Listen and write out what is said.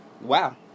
wow